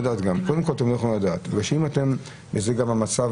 קודם כל, אתם לא יכולים לדעת, וזה גם המצב